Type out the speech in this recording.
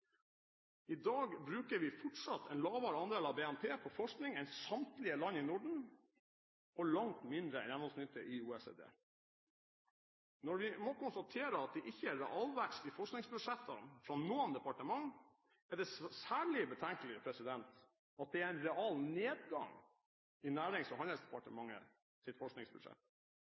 I dag bruker vi fortsatt en lavere andel av BNP på forskning enn samtlige land i Norden og langt mindre enn gjennomsnittet i OECD. Når vi må konstatere at det ikke er realvekst i forskningsbudsjettene fra noen departement, er det særlig betenkelig at det er en realnedgang i Nærings- og handelsdepartementets forskningsbudsjett.